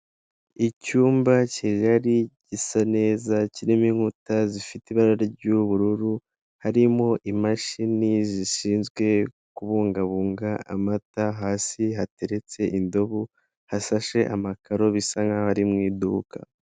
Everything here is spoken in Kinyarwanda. Icyumba kigari gisa neza, kirimo inkuta zifite ibara ry'ubururu harimo imashini zishinzwe kubungabunga amata, hasi hateretse indobo hasashe amakaro bisa nk'aho ari mu iduka.